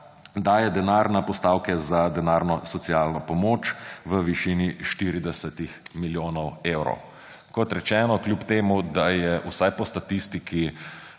daje denar na postavke za denarno socialno pomoč v višini 40 milijonov evrov. Kot rečeno, kljub temu da je vsaj po statistiki